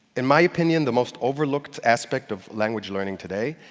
in my opinion, the most overlooked aspect of language learning today,